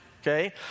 okay